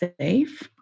safe